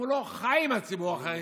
אם הוא לא חי עם הציבור החרדי,